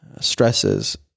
stresses